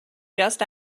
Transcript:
just